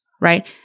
right